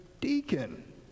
deacon